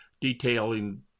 detailing